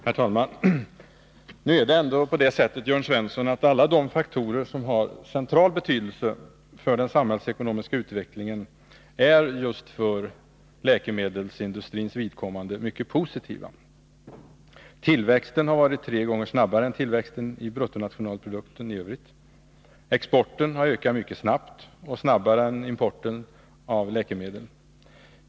Herr talman! Nu är det ändå på det sättet, Jörn Svensson, att alla de faktorer som har central betydelse för den samhällsekonomiska utvecklingen just för läkemedelsindustrins vidkommande är mycket positiva. Tillväxten har skett tre gånger snabbare än tillväxten av bruttonationalprodukten i övrigt. Exporten har ökat mycket snabbt, snabbare än importen av läkemedel.